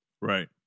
right